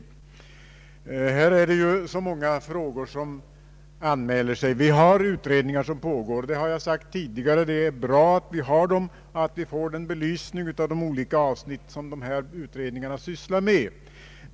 Det är så många frågor som anmäler sig. Som jag tidigare nämnt pågår utredningar, och det är bra att vi får en belysning av de olika avsnitt dessa utredningar sysslar med.